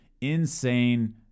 insane